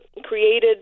created